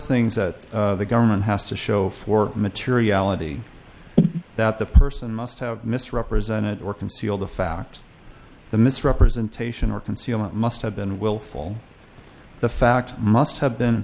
things that the government has to show for materiality that the person must have misrepresented or conceal the fact the misrepresentation or concealment must have been willful the fact must have been